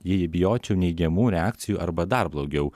jei bijočiau neigiamų reakcijų arba dar blogiau